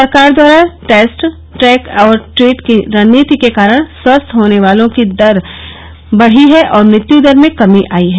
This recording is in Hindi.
सरकार द्वारा टैस्ट ट्रैक और ट्रीट की रणनीति के कारण स्वस्थ होने वालों की संख्या भी बढी है और मृत्यू दर में कमी आई है